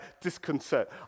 disconcert